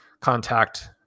contact